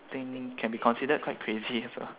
think can be considered quite crazy also